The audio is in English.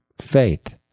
faith